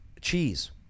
cheese